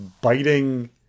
biting